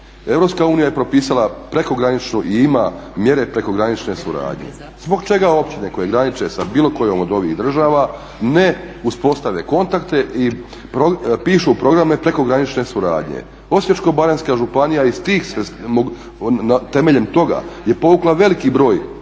toga, EU je propisala prekograničnu i ima mjere prekogranične suradnje. Zbog čega općine koje graniče sa bilo kojom od ovih država ne uspostave kontakte i pišu programe prekogranične suradnje? Osječko-baranjska županija temeljem toga je povukla veliki broj,